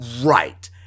right